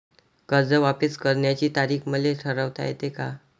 कर्ज वापिस करण्याची तारीख मले ठरवता येते का?